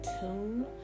tune